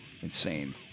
insane